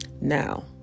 Now